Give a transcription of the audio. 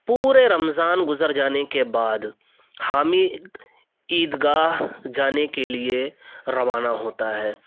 پورے رمضان گزر جانے کے بعد حامد عید گاہ جانے کے لیے روانہ ہوتا ہے